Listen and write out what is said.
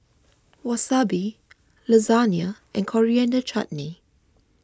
Wasabi Lasagne and Coriander Chutney